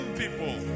people